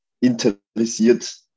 interessiert